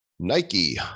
nike